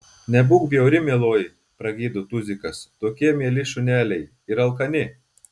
nebūk bjauri mieloji pragydo tuzikas tokie mieli šuneliai ir alkani